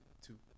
two